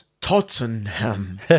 Tottenham